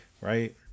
right